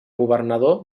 governador